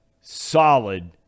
solid